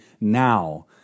now